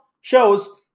shows